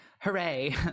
hooray